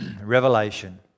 Revelation